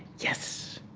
yes.